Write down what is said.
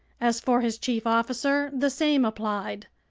as for his chief officer, the same applied.